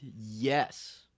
yes